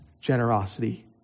generosity